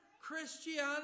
Christianity